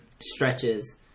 Stretches